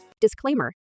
Disclaimer